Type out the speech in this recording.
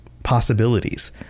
possibilities